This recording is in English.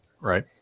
right